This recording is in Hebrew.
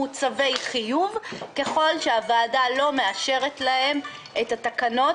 צווי חיוב ככל שהוועדה לא מאשרת להם את התקנות,